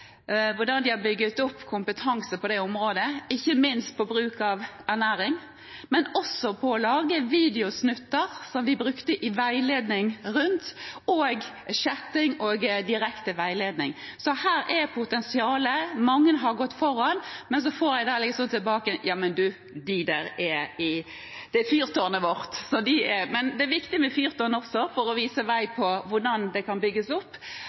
hvordan de har bygget opp kompetanse på det området, ikke minst innenfor ernæring, men også når det gjelder å lage videosnutter, som de brukte i veiledningen, og chatting og direkte veiledning. Så her er det potensial. Mange har gått foran, men så får jeg tilbakemelding om at det er fyrtårnet deres. Men det er viktig med fyrtårn også, for å vise vei for hvordan det kan bygges opp.